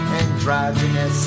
Androgynous